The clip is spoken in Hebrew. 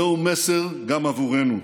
זהו מסר גם עבורנו: